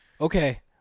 Okay